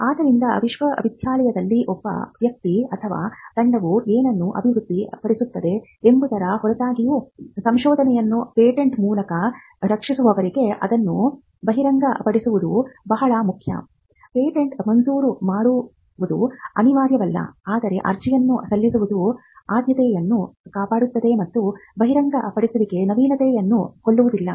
ಆದ್ದರಿಂದ ವಿಶ್ವವಿದ್ಯಾನಿಲಯದಲ್ಲಿ ಒಬ್ಬ ವ್ಯಕ್ತಿ ಅಥವಾ ತಂಡವು ಏನನ್ನು ಅಭಿವೃದ್ಧಿಪಡಿಸುತ್ತದೆ ಎಂಬುದರ ಹೊರತಾಗಿಯೂ ಸಂಶೋಧನೆಯನ್ನು ಪೇಟೆಂಟ್ ಮೂಲಕ ರಕ್ಷಿಸುವವರೆಗೆ ಅದನ್ನು ಬಹಿರಂಗಪಡಿಸದಿರುವುದು ಬಹಳ ಮುಖ್ಯ ಪೇಟೆಂಟ್ ಮಂಜೂರು ಮಾಡುವುದು ಅನಿವಾರ್ಯವಲ್ಲ ಆದರೆ ಅರ್ಜಿಯನ್ನು ಸಲ್ಲಿಸುವುದು ಆದ್ಯತೆಯನ್ನು ಕಾಪಾಡುತ್ತದೆ ಮತ್ತು ಬಹಿರಂಗಪಡಿಸುವಿಕೆ ನವೀನತೆಯನ್ನು ಕೊಲ್ಲುವುದಿಲ್ಲ